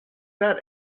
that